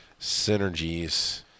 synergies